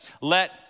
Let